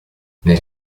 nel